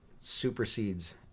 supersedes